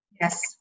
Yes